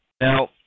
now